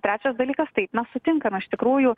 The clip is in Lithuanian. trečias dalykas taip mes sutinkam iš tikrųjų